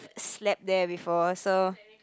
slept there before so